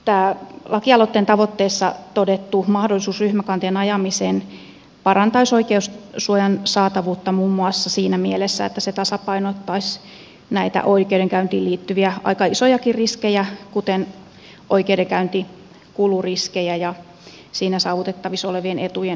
tämä lakialoitteen tavoitteessa todettu mahdollisuus ryhmäkanteen ajamiseen parantaisi oikeussuojan saatavuutta muun muassa siinä mielessä että se tasapainottaisi näiden oikeudenkäyntiin liittyvien aika isojenkin riskien kuten oikeudenkäyntikuluriskien ja saavutettavissa olevien etujen suhdetta